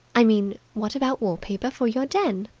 i mean, what about wall-paper for your den?